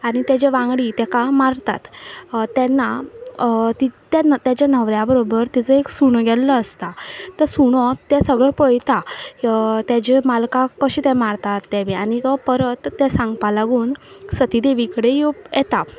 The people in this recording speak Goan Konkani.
आनी ताजे वांगडी ताका मारतात तेन्ना ताज्या न्हवऱ्या बरोबर ताजो एक सुणो गेल्लो आसता तो सुणो ते सगळें पळयता ताजे मालकांक कशें तें मारतात ते बी आनी तो परत ते सांगपाक लागून सतीदेवी कडेन येता